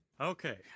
okay